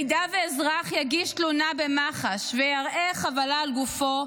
אם אזרח יגיש תלונה במח"ש ויראה חבלה על גופו,